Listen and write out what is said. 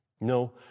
No